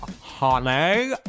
honey